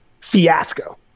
fiasco